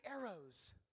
arrows